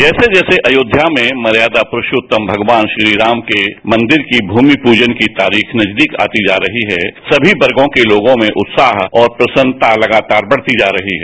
जैसे जैसे अयोध्या में मर्यादा पुरुषोत्तम भगवान श्री राम के मंदिर की भूमि पूजन की तारीख नजदीक आती जा रही है सभी वर्गों के लोगों में उत्साह और प्रसन्नता लगातार बढ़ती जा रही है